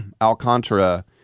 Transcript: Alcantara